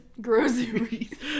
Groceries